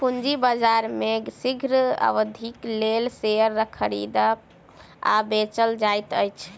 पूंजी बाजार में दीर्घ अवधिक लेल शेयर खरीदल आ बेचल जाइत अछि